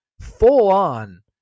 full-on